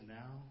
now